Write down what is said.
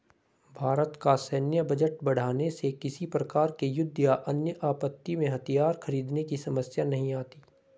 भारत का सैन्य बजट बढ़ाने से किसी प्रकार के युद्ध या अन्य आपत्ति में हथियार खरीदने की समस्या नहीं आती